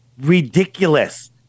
ridiculous